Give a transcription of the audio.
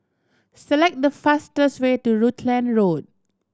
select the fastest way to Rutland Road